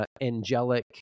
angelic